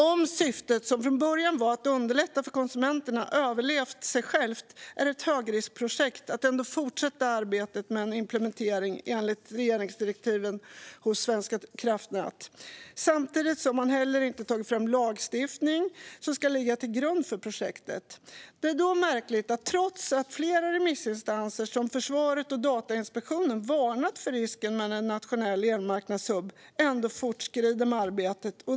Om syftet, som från början var att underlätta för konsumenterna, har överlevt sig självt är det ett högriskprojekt att ändå fortsätta arbetet med en implementering enligt regeringsdirektiven för Svenska kraftnät, samtidigt som man inte heller har tagit fram lagstiftning som ska ligga till grund för projektet. Det är då märkligt att man trots att flera remissinstanser, till exempel försvaret och Datainspektionen, varnat för risken med en nationell elmarknadshubb ändå fortskrider med arbetet.